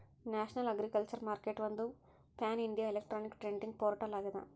national Agriculture ಮಾರ್ಕೆಟ್ಒಂದು pan India electronic trading portal ಆಗ್ಯದ